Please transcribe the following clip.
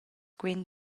quen